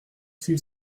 s’il